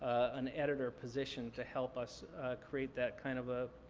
an editor position to help us create that kind of a,